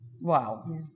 Wow